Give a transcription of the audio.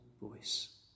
voice